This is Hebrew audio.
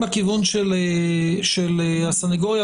שלום,